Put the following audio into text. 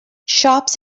shops